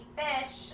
fish